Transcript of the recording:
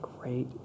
Great